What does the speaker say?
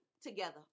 together